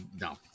no